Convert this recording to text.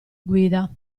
guida